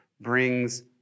brings